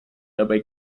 dabei